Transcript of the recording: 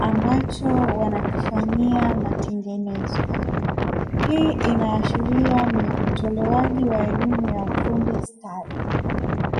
ambacho wanakifanyia matengenezo. Hii inaashiria ni utolewaji wa elimu ya ufundi stadi.